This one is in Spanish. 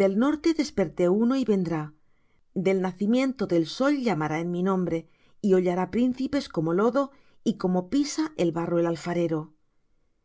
del norte desperté uno y vendrá del nacimiento del sol llamará en mi nombre y hollará príncipes como lodo y como pisa el barro el alfarero